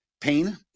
pain